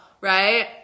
right